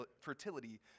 fertility